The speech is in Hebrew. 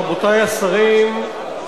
רבותי השרים,